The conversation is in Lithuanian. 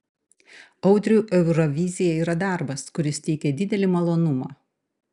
audriui eurovizija yra darbas kuris teikia didelį malonumą